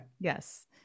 Yes